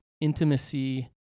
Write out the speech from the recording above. Intimacy